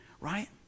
right